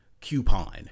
coupon